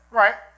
right